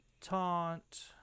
Taunt